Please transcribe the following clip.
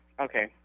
Okay